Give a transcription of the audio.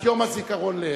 את יום הזיכרון להרצל.